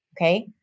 okay